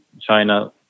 China